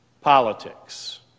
politics